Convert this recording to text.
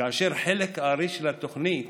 כאשר חלק הארי של התוכנית